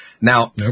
Now